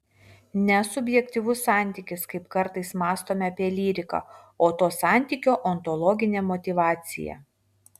ne subjektyvus santykis kaip kartais mąstome apie lyriką o to santykio ontologinė motyvacija